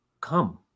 come